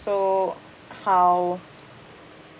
how